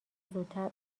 زودتر